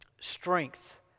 strength